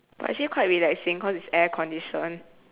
but actually quite relaxing cause it's air conditioned